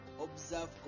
observe